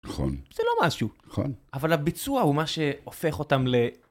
נכון. זה לא משהו. נכון. אבל הביצוע הוא מה שהופך אותם ל...